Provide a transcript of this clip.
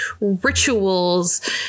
rituals